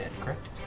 correct